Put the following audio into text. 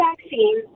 vaccine